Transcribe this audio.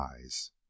eyes